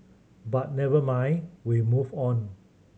but never mind we move on